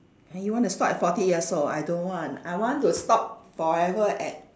!huh! you want to stop at forty years old I don't want I want to stop forever at